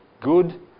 good